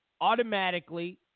automatically